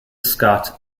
scott